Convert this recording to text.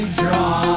draw